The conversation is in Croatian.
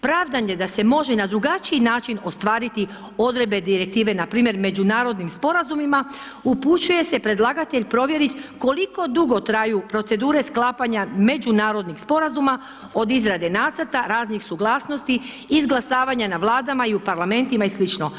Pravdanje da se može na drugačiji način ostvariti odredbe Direktive npr. međunarodnim sporazumima upućuje se predlagatelj provjerit koliko dugo traju procedure sklapanja međunarodnih sporazuma od izrade nacrta raznih suglasnosti, izglasavanja na vladama i u parlamentima i sl.